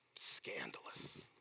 Scandalous